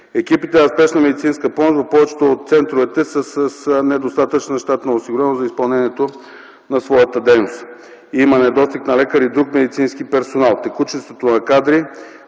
Екипите на Спешна медицинска помощ в повечето от центровете са с недостатъчна щатна осигуреност за изпълнение на своята дейност. Има недостиг на лекари и друг медицински персонал. Текучеството на кадри